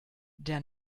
der